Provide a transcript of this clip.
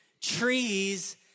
trees